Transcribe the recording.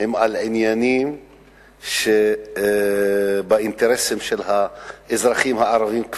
הם על עניינים שהם באינטרסים של האזרחים הערבים.